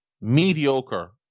mediocre